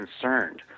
concerned